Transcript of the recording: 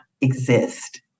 exist